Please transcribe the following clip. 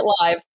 live